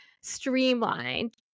streamlined